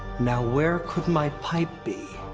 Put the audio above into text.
now where could my pipe be,